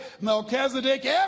Melchizedek